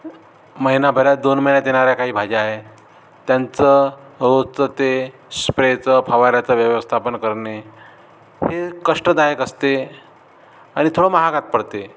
महिनाभऱ्यात दोन महिन्यात येणाऱ्या काही भाज्या आहे त्यांचं रोजचं ते स्प्रेचं फवाऱ्याचं व्यवस्थापन करणे हे कष्टदायक असते आणि थोडं महागात पडते